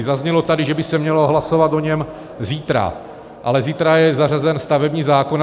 Zaznělo tady, že by se mělo o něm hlasovat zítra, ale zítra je zařazen stavební zákon.